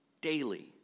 daily